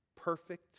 perfect